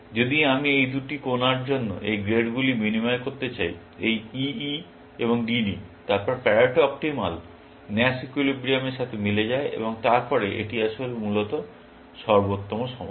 যদি আমি এই দুটি কোণার জন্য এই গ্রেডগুলি বিনিময় করতে চাই এই E E এবং D D তারপর প্যারেটো অপ্টিমাল ন্যাশ একুইলিব্রিয়ামের সাথে মিলে যায় এবং তারপরে এটি আসলেই মূলত সর্বোত্তম সমাধান